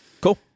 cool